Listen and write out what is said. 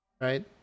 Right